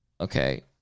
okay